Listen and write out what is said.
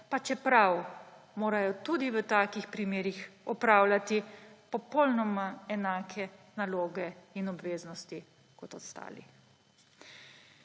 pa čeprav morajo tudi v takih primerih opravljati popolnoma enake naloge in obveznosti kot ostali.